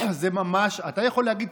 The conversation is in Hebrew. אתה יכול להגיד,